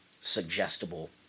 suggestible